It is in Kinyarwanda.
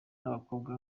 n’abakobwa